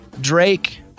Drake